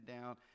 down